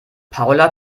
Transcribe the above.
paula